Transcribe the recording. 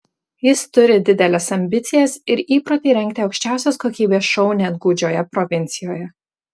jis turi dideles ambicijas ir įprotį rengti aukščiausios kokybės šou net gūdžioje provincijoje